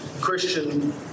Christian